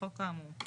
לחוק האמור.